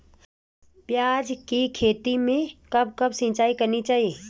प्याज़ की खेती में कब कब सिंचाई करनी चाहिये?